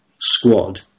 squad